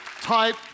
type